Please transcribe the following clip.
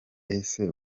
ese